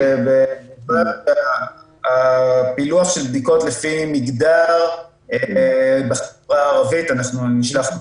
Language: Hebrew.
פילוח של בדיקות לפי מגדר בחברה הערבית נשלח אותו